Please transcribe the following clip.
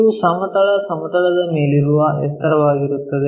ಇದು ಸಮತಲ ಸಮತಲದ ಮೇಲಿರುವ ಎತ್ತರವಾಗಿರುತ್ತದೆ